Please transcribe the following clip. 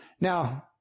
Now